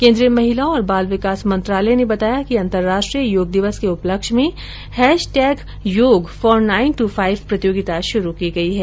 केंद्रीय महिला एवं बाल विकास मंत्रालय बताया कि अंतरराष्ट्रीय योग दिवस के उपलक्ष्य में hashtag yoga for nine two five प्रतियोगिता शुरू की गयी है